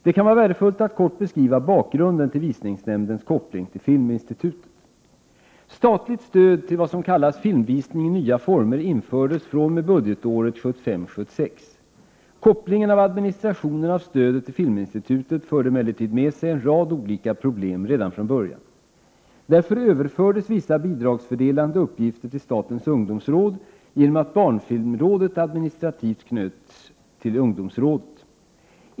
Det kan vara värdefullt att kort beskriva bakgrunden till Visningsnämndens koppling till Filminstitutet. Statligt stöd till ”filmvisning i nya former” infördes fr.o.m. budgetåret 1975/76. Kopplingen av administrationen av stödet till Filminstitutet förde emellertid med sig en rad olika problem redan från början. Därför överfördes vissa bidragsfördelande uppgifter till statens ungdomsråd genom att barnfilmrådet administrativt knöts till ungdomsrådet.